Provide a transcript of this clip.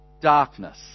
Darkness